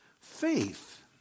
Faith